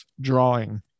drawing